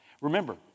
Remember